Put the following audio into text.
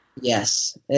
Yes